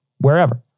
Wherever